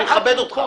אני מכבד אותך.